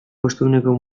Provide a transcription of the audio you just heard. bostehuneko